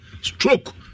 Stroke